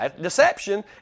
Deception